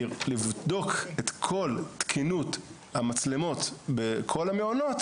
לבדוק את כל תקינות המצלמות בכל המעונות,